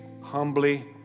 humbly